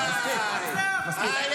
אגורה.